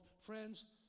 friends